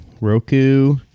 Roku